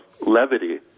levity